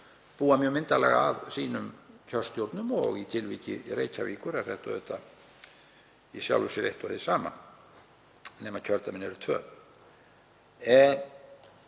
búa mjög myndarlega að sínum kjörstjórnum og í tilviki Reykjavíkur er þetta auðvitað í sjálfu sér eitt og hið sama nema kjördæmin eru tvö. En